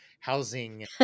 housing